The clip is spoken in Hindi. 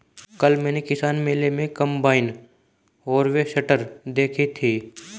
कल मैंने किसान मेले में कम्बाइन हार्वेसटर देखी थी